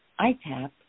ITAP